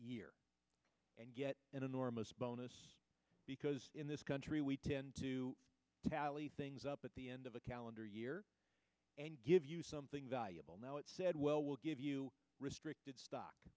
year and get an enormous bonus because in this country we tend to tally things up at the end of a calendar year and give you something valuable now it said well we'll give you restricted stock